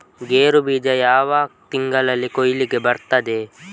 ಗೇರು ಬೀಜ ಯಾವ ತಿಂಗಳಲ್ಲಿ ಕೊಯ್ಲಿಗೆ ಬರ್ತದೆ?